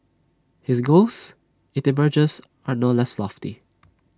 his goals IT emerges are no less lofty